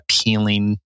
appealing